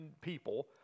people